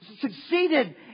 succeeded